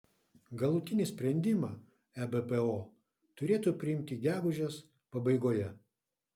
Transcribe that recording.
galutinį sprendimą ebpo turėtų priimti gegužės pabaigoje